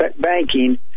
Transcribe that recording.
banking